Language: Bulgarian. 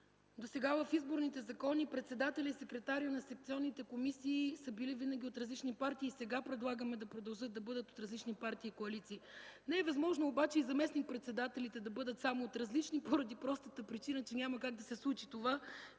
досега в изборните закони председателят и секретарят на секционните комисии са били винаги от различни партии и сега предлагаме да продължат да бъдат от различни партии и коалиции. Не е възможно обаче и заместник-председателите да бъдат само от различни поради простата причина, че няма как да се случи това,